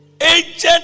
Agent